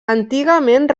antigament